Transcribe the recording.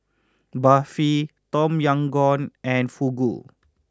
Barfi Tom Yam Goong and Fugu